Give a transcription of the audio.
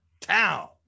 town